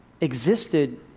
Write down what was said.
existed